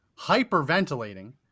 hyperventilating